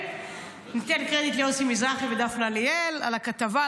ניתן קרדיט ליוסי מזרחי ולדפנה ליאל על הכתבה,